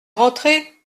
rentré